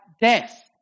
death